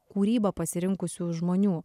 kūrybą pasirinkusių žmonių